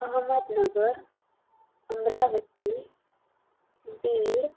Ahmednagar Amravati Beed